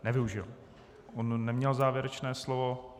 Nevyužil, on neměl závěrečné slovo.